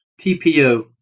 TPO